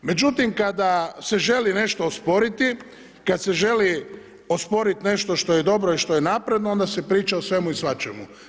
Međutim, kada se želi nešto osporiti, kada se želi osporiti nešto što je dobro i što je napredno onda se priča o svemu i svačemu.